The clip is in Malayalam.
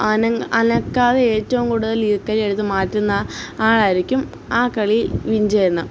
അനക്കാതെ ഏറ്റവും കൂടുതൽ ഈർക്കലി എടുത്ത് മാറ്റുന്ന ആളായിരിക്കും ആ കളി വിൻ ചെയ്യുന്നത്